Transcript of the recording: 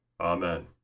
Amen